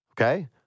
Okay